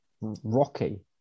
Rocky